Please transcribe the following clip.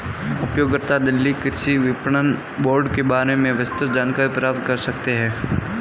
उपयोगकर्ता दिल्ली कृषि विपणन बोर्ड के बारे में विस्तृत जानकारी प्राप्त कर सकते है